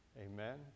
Amen